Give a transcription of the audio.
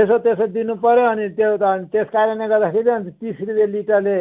यसो त्यसो दिनु पऱ्यो अनि त्यो त अनि त्यसकारणले गर्दाखेरि अनि तिस रुपियाँ लिटरले